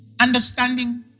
understanding